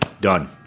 done